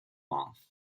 month